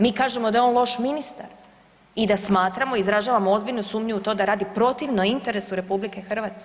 Mi kažemo da je on loš ministar i da smatramo, izražavamo ozbiljnu sumnju u to da radi protivno interesu RH.